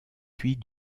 puis